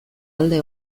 alde